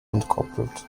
entkoppelt